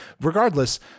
Regardless